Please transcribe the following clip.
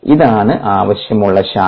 ഇതാണ് ആവശ്യമുള്ള ശാഖ